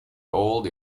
old